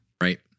Right